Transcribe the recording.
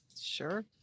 Sure